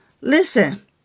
Listen